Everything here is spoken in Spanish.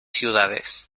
ciudades